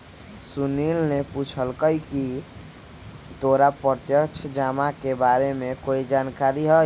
सुनील ने पूछकई की तोरा प्रत्यक्ष जमा के बारे में कोई जानकारी हई